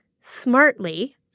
smartly